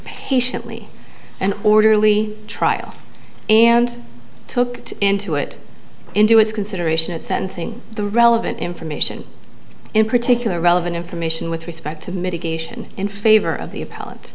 patiently an orderly trial and took into it into its consideration at sentencing the relevant information in particular relevant information with respect to mitigation in favor of the